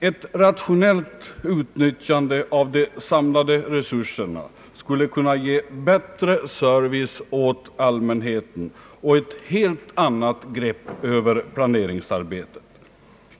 Ett rationellt utnyttjande av de samlade resurserna skulle ge bättre service åt allmänheten och ett helt annat grepp över planeringsarbetet.